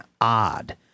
odd